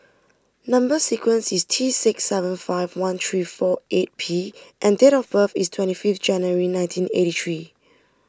Number Sequence is T six seven five one three four eight P and date of birth is twenty fifth January nineteen eighty three